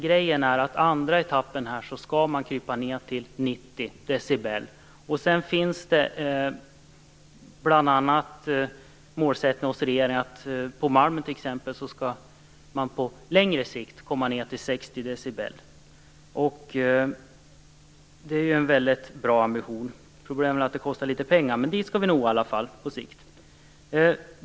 Men i andra etappen skall gränsen sänkas till 90 decibel. Regeringen har målsättningen att man på Malmen t.ex. på längre sikt skall komma ned till 60 decibel, vilket är en bra ambition. Problemet är att det kostar pengar. Men vi skall i alla fall på sikt nå dithän.